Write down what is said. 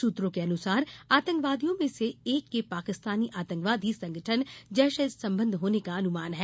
सूत्रों के अनुसार आतंकवादियों में से एक के पाकिस्तानी आतंकवादी संगठन जैश से संबंध होने का अनुमान है